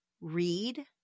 Read